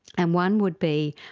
and one would be,